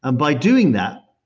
and by doing that,